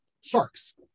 sharks